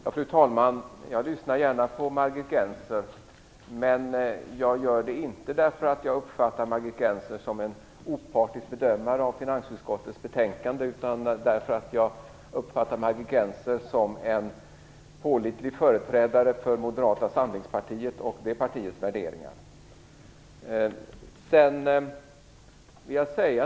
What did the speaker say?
Fru talman! Jag lyssnar gärna på Margit Gennser, inte därför att jag uppfattar Margit Gennser som en opartisk bedömare av finansutskottets betänkande utan därför att jag uppfattar henne som en pålitlig företrädare för Moderata samlingspartiet och det partiets värderingar.